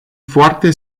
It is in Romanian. foarte